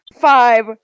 five